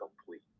complete